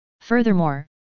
Furthermore